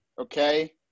okay